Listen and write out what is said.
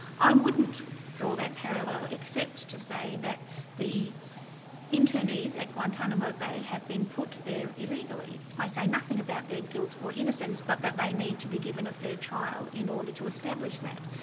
i wouldn't draw that parallel, except to say that the internees at guantanamo bay have been put there illegally. i say nothing about their guilt or innocence, but that they need to be given a fair trial in order to establish that.